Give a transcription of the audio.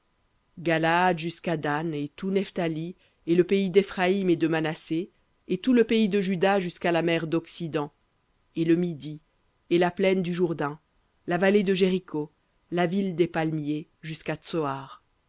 galaad jusqu'à dan et tout nephthali et le pays d'éphraïm et de manassé et tout le pays de juda jusqu'à la mer doccident et le midi et la plaine la vallée de jéricho la ville des palmiers jusqu'à